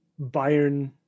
Bayern